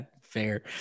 fair